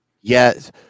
Yes